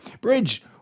Bridge